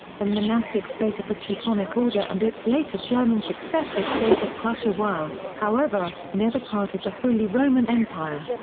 the monastic state of the teutonic order and its later german successor state of prussia were, however, never part of the holy roman empire.